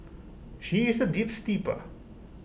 she is A deep steeper